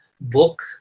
book